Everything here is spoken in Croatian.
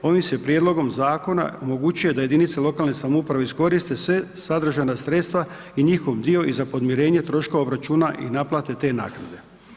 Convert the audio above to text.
Ovim se prijedlogom zakona omogućuje da jedinice lokalne samouprave iskoriste sva sadržana sredstva i njihov dio i za podmirenje obračuna i naplate te naknade.